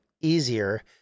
easier